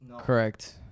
Correct